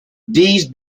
these